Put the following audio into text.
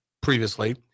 previously